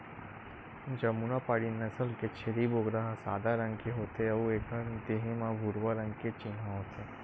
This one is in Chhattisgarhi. जमुनापारी नसल के छेरी बोकरा ह सादा रंग के होथे अउ एखर देहे म भूरवा रंग के चिन्हा होथे